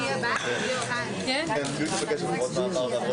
הישיבה ננעלה בשעה